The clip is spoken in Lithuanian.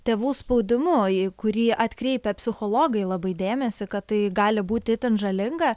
tėvų spaudimu į kurį atkreipia psichologai labai dėmesį kad tai gali būti itin žalinga